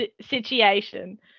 situation